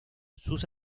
sus